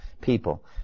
people